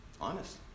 Honest